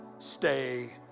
stay